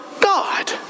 God